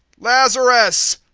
lazarus,